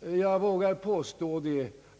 Jag vågar alltså påstå,